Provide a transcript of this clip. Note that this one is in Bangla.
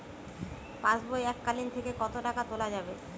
পাশবই এককালীন থেকে কত টাকা তোলা যাবে?